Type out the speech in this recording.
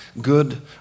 good